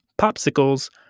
popsicles